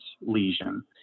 lesion